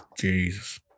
Jesus